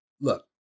Look